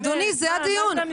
אדוני, זה הדיון.